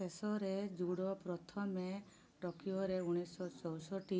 ଶେଷରେ ଜୂଡ଼ ପ୍ରଥମେ ଟୋକିଓରେ ଉଣେଇଶହ ଚଉଷଠି